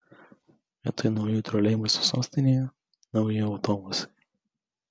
vietoj naujų troleibusų sostinėje nauji autobusai